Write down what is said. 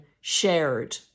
shared